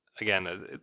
Again